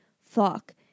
fuck